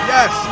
Yes